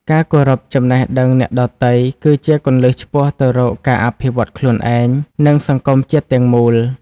ការគោរពចំណេះដឹងអ្នកដទៃ គឺជាគន្លឹះឆ្ពោះទៅរកការអភិវឌ្ឍខ្លួនឯង និងសង្គមជាតិទាំងមូល។